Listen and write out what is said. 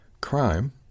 Crime